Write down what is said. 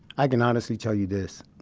i can honestly tell you this.